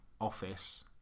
office